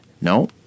No